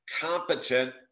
competent